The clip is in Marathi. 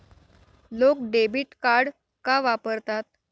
लोक डेबिट कार्ड का वापरतात?